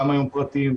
גם פרטיים,